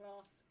last